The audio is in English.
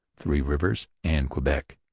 three rivers, and quebec.